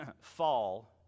fall